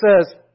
says